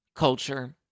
Culture